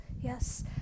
yes